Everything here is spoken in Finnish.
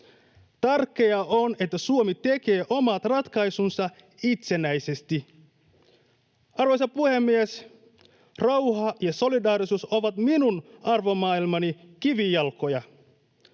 Tärkeää on, että Suomi tekee omat ratkaisunsa itsenäisesti. Arvoisa puhemies! Rauha ja solidaarisuus ovat minun arvomaailmani kivijalkoja.